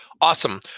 Awesome